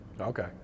Okay